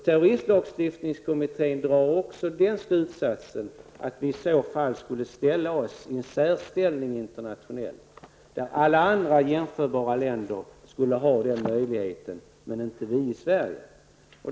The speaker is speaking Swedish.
Terroristlagstiftningskommittén drar också den slutsatsen att vi i så fall skulle komma att inta en särställning internationellt. Alla andra jämförbara länder skulle ha denna möjlighet men inte vi i Sverige.